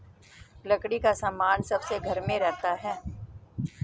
लकड़ी का सामान सबके घर में रहता है